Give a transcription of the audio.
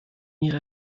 ihrer